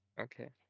Okay